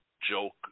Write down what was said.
joke